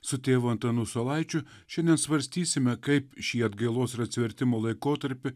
su tėvu antanu solaičiu šiandien svarstysime kaip šį atgailos ir atsivertimo laikotarpį